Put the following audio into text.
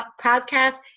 podcast